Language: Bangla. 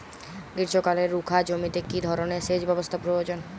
গ্রীষ্মকালে রুখা জমিতে কি ধরনের সেচ ব্যবস্থা প্রয়োজন?